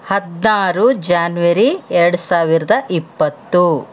ಹದಿನಾರು ಜ್ಯಾನ್ವರಿ ಎರಡು ಸಾವಿರದ ಇಪ್ಪತ್ತು